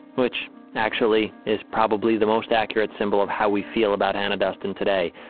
which actually is probably the most accurate symbol of how we feel about hannah duston today.